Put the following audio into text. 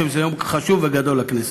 אני חושב שזה יום חשוב וגדול לכנסת.